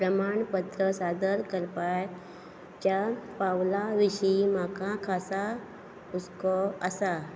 प्रमाणपत्र सादर करपा च्या पावलां विशीं म्हाका खासा हुसको आसा